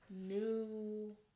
new